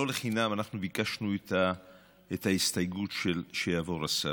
לא לחינם ביקשנו את ההסתייגות שיעבור לסל.